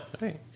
Right